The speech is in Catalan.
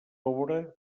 obra